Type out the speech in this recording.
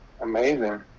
Amazing